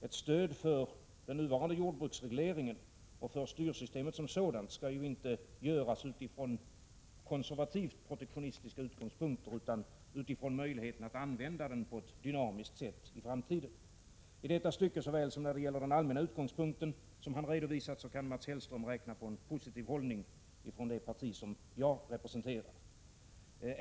Ett stöd för den nuvarande jordbruksregleringen och för styrsystemet som sådant skall inte utformas med hänsyn till konservativt protektionistiska utgångspunkter utan baseras på möjligheterna att använda stödet på ett dynamiskt sätt i framtiden. I detta stycke, liksom när det gäller den allmänna utgångspunkt som Mats Hellström redovisat, kan han räkna på en positiv hållning från det parti jag representerar.